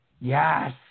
Yes